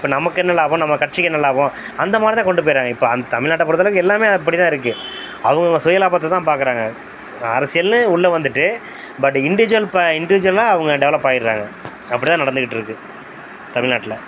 இப்போ நமக்கு என்ன லாபம் நம்ம கட்சிக்கு என்ன லாபம் அந்த மாதிரி தான் கொண்டு போயிடறாங்க இப்போ அந் தமிழ்நாட்ட பொறுத்தளவுக்கு எல்லாமே அப்படி தான் இருக்குது அவங்கவுங்க சுய லாபத்தை தான் பார்க்கறாங்க அரசியல்னு உள்ளே வந்துட்டு பட் இண்டிவிஜுவல் பா இண்டிவிஜுவலா அவங்க டெவலப் ஆயிடறாங்க அப்படி தான் நடந்துக்கிட்டிருக்கு தமிழ்நாட்ல